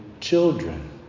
children